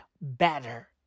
better